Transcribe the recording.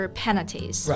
penalties